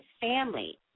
family